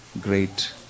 great